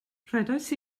rhedais